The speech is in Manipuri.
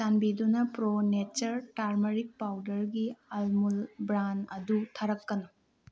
ꯆꯥꯟꯕꯤꯗꯨꯅ ꯄ꯭ꯔꯣ ꯅꯦꯆꯔ ꯇꯔꯃꯔꯤꯛ ꯄꯥꯎꯗꯔꯒꯤ ꯑꯃꯨꯜ ꯕ꯭ꯔꯥꯟ ꯑꯗꯨ ꯊꯥꯔꯛꯀꯅꯨ